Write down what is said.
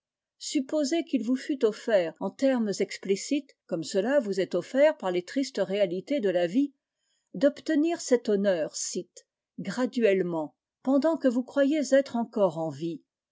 supposez qu'il vous fût offert en termes explicites comme cela vous est offert par les tristes réalités de la vie d'obtenir cet honneur scythe graduellement pendant que vous croyez être encore en vie